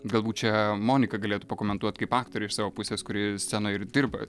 galbūt čia monika galėtų pakomentuot kaip aktorė savo pusės kuri scenojeir dirba